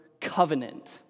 covenant